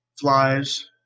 flies